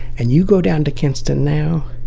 and you go down to kinston now